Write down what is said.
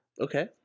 okay